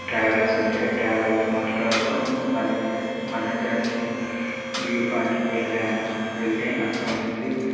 travels ఉంటాయి travels మాట్లాడుకొని మన జర్ మన జర్నీ వ్యూ పాయింట్కి వెళ్ళాను వెళ్ళి అక్కడ నుంచి